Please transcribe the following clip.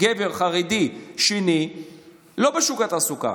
גבר חרדי שני לא בשוק התעסוקה.